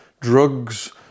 drugs